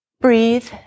breathe